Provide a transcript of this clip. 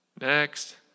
next